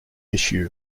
issue